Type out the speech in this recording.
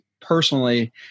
personally